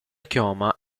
chioma